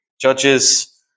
Judges